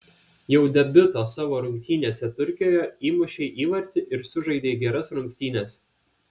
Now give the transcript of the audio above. jau debiuto savo rungtynėse turkijoje įmušei įvartį ir sužaidei geras rungtynes